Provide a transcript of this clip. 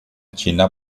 china